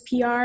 PR